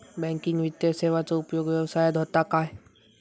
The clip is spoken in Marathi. बँकिंग वित्तीय सेवाचो उपयोग व्यवसायात होता काय?